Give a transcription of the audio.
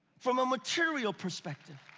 from a material perspective.